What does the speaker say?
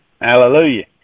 Hallelujah